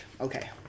Okay